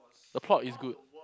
the plot is good